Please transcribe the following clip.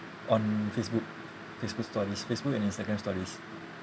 on facebook facebook stories facebook and instagram stories